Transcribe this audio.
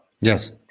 Yes